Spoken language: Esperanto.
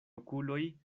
okuloj